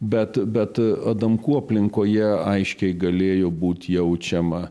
bet bet adamkų aplinkoje aiškiai galėjo būt jaučiama